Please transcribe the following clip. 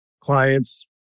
clients